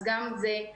אז גם זה.